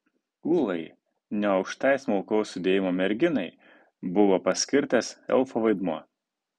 ūlai neaukštai smulkaus sudėjimo merginai buvo paskirtas elfo vaidmuo